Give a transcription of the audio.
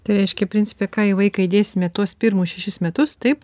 tai reiškia principe ką į vaiką įdėsime tuos pirmus šešis metus taip